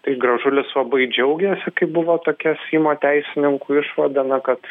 tai gražulis labai džiaugėsi kai buvo tokia seimo teisininkų išvada na kad